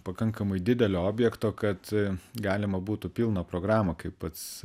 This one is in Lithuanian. pakankamai didelio objekto kad galima būtų pilną programą kaip pats